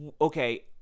Okay